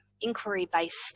inquiry-based